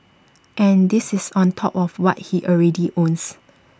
and this is on top of what he already owns